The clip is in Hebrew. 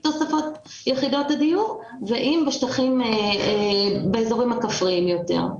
יחידות הדיור ואם בשטחים באזורים הכפריים יותר.